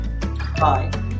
Bye